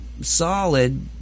solid